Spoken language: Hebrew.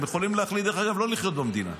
הם יכולים להחליט, דרך אגב, לא לחיות במדינה.